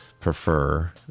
prefer